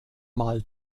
mal